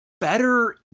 better